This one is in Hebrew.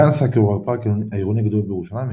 גן סאקר הוא הפארק העירוני הגדול בירושלים,